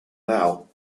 now